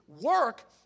work